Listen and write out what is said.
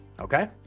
okay